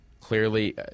Clearly